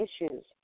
issues